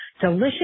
delicious